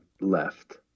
left